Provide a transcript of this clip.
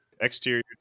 Exterior